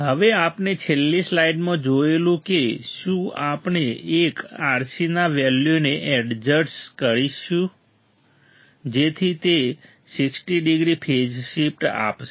હવે આપણે છેલ્લી સ્લાઇડમાં જોયેલુ કે શું આપણે એક RC ના વેલ્યુને એડજસ્ટ કરીશું જેથી તે 60 ડિગ્રી ફેઝ શિફ્ટ આપશે